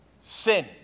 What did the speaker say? sin